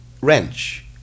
wrench